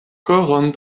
koron